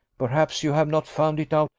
perhaps you have not found it out,